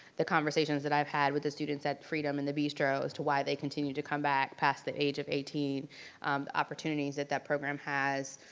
the conversations that i've had with the students at freedom in the bistro as to why they continue to come back past the age of eighteen, the opportunities that that program has.